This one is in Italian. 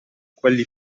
quelli